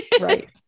Right